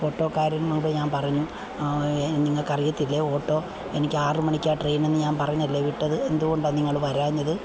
ഓട്ടോക്കാരനോട് ഞാൻ പറഞ്ഞു നിങ്ങൾക്ക് അറിയില്ലേ ഓട്ടോ എനിക്ക് ആറ് മണിക്കാണ് ട്രെയിൻ എന്ന് ഞാൻ പറഞ്ഞല്ലേ വിട്ടത് എന്തുകൊണ്ടാണ് നിങ്ങൾ വരാഞ്ഞത്